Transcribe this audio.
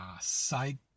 side